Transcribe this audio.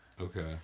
Okay